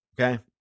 okay